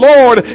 Lord